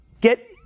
get